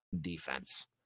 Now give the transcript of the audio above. defense